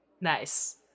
Nice